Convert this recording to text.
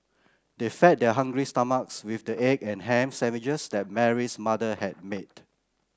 they fed their hungry stomachs with the egg and ham sandwiches that Mary's mother had made